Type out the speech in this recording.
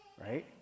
right